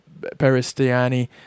Peristiani